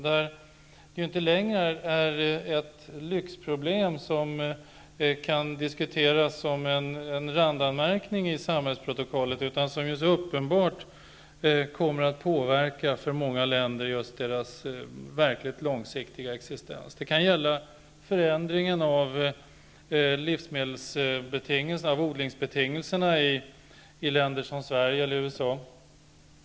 Det är inte längre ett lyxproblem som kan diskuteras som en randanmärkning i samhällsprotokollet utan som helt uppenbart kommer att påverka många länders långsiktiga existens. Det kan gälla förändring av odlingsbetingelserna i länder som Sverige eller USA.